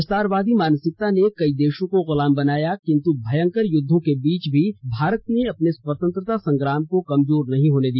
विस्तारवादी मानसिकता ने कई देशों को गुलाम बनाया किन्तु भंयकर युद्धों के बीच भी भारत ने अपने स्वतंत्रता संग्राम को कमजोर नहीं होने दिया